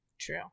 True